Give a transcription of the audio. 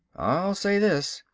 i'll say this,